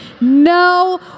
No